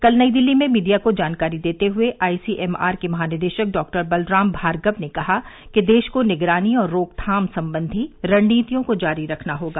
कल नई दिल्ली में मीडिया को जानकारी देते हुए आईसीएमआर के महानिदेशक डॉ बलराम भार्गव ने कहा कि देश को निगरानी और रोकथाम संबंधी रणनीतियों को जारी रखना होगा